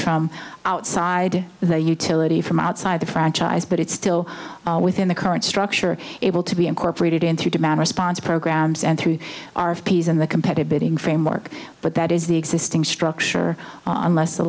from outside the utility from outside the franchise but it's still within the current structure able to be incorporated into demand response programs and through our p s and the competitive bidding framework but that is the existing structure on less the